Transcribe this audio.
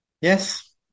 Yes